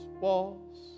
walls